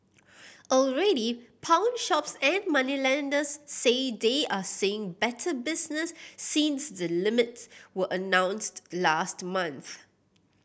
already pawnshops and moneylenders say they are seeing better business since the limits were announced last month